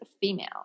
female